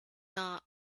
not